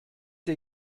dir